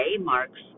marks